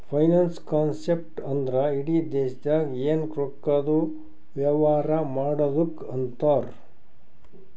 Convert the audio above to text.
finance concept ಅಂದ್ರ ಇಡಿ ದೇಶ್ದಾಗ್ ಎನ್ ರೊಕ್ಕಾದು ವ್ಯವಾರ ಮಾಡದ್ದುಕ್ ಅಂತಾರ್